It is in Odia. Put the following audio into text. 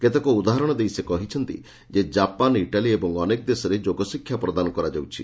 କେତେକ ଉଦାହରଣ ଦେଇ ସେ କହିଛନ୍ତି ଯେ ଜାପାନ ଇଟାଲୀ ଏବଂ ଅନେକ ଦେଶରେ ଯୋଗଶିକ୍ଷା ପ୍ରଦାନ କରାଯାଉଛି